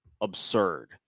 absurd